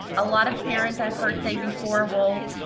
a lot of parents i've heard say before, well,